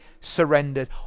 surrendered